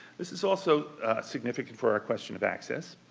this is also significant for our question of access.